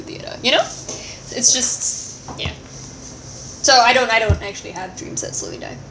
theater you know it's just ya so I don't I don't actually have dreams that slowly die